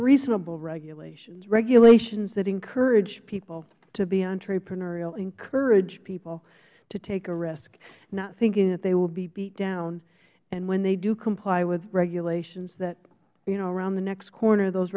regulations regulations that encourage people to be entrepreneurial encourage people to take a risk not thinking that they will be beat down and when they do comply with regulations that you know around the next corner those